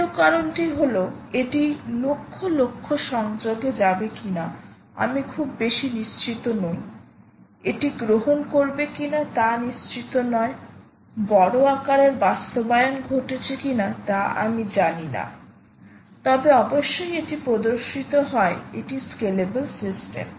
দ্বিতীয় কারণটি হল এটি লক্ষ লক্ষ সংযোগে যাবে কিনা আমি খুব বেশি নিশ্চিত নই এটি গ্রহণ করবে কিনা তা নিশ্চিত নয় বড় আকারের বাস্তবায়ন ঘটেছে কিনা তা আমি জানি না তবে অবশ্যই এটি প্রদর্শিত হয় এটি স্কেলেবল সিস্টেম